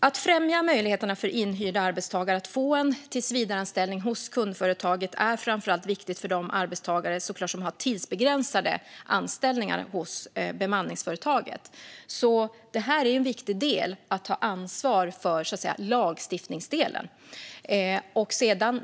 Att främja möjligheterna för inhyrda arbetstagare att få en tillsvidareanställning hos kundföretaget är framför allt viktigt för de arbetstagare som har tidsbegränsade anställningar hos bemanningsföretaget. Det är viktigt att ta ansvar för lagstiftningsdelen i detta.